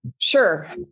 Sure